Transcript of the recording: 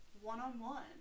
one-on-one